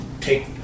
take